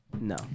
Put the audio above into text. No